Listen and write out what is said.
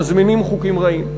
מזמינים חוקים רעים.